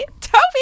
Toby